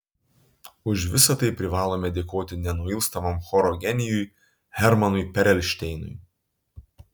už visa tai privalome dėkoti nenuilstamam choro genijui hermanui perelšteinui